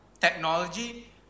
technology